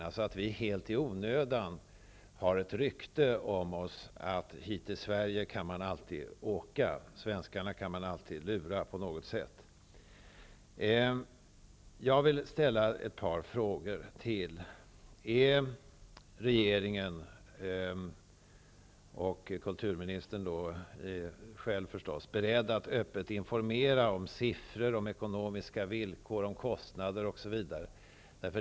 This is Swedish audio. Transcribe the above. Vi får alldeles i onödan ett rykte om oss: Man kan alltid åka till Sverige. Svenskarna kan man alltid lura på något sätt. Jag vill ställa ytterligare ett par frågor: Är regeringen och kulturministern beredda att öppet informera om siffror, ekonomiska villkor, kostnader osv.?